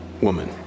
woman